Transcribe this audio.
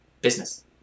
business